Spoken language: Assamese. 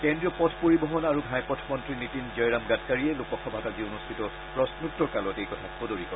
কেজ্ৰীয় পথ পৰিবহন আৰু ঘাইপথ মন্ত্ৰী নীতিন জয়ৰাম গাডকাৰীয়ে লোকসভাত আজি অনুষ্ঠিত প্ৰশ্নোত্তৰ কালত এই কথা সদৰি কৰে